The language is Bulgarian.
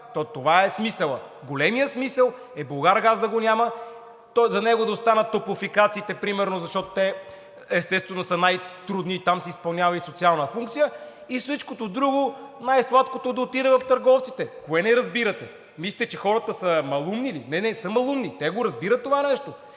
това е смисълът – големият смисъл е „Булгаргаз“ да го няма. За него да останат топлофикациите примерно, защото те, естествено, са най-трудни и там се изпълнява и социална функция. И всичкото друго – най-сладкото, да отиде в търговците. Кое не разбирате?! Мислите, че хората са малоумни ли?! Не, не са малоумни, те разбират това нещо